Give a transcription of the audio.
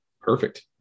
Perfect